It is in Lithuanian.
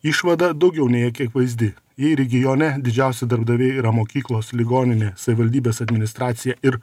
išvada daugiau nei akivaizdi jei regione didžiausi darbdaviai yra mokyklos ligoninė savivaldybės administracija ir